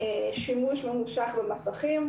שימוש ממושך במסכים,